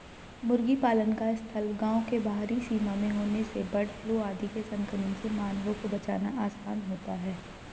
मुर्गी पालन का स्थल गाँव के बाहरी सीमा में होने से बर्डफ्लू आदि के संक्रमण से मानवों को बचाना आसान होता है